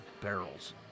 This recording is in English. barrels